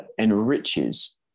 enriches